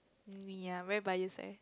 ya very bias eh